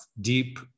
deep